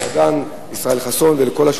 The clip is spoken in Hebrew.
לשר ארדן, לישראל חסון ולכל השותפים.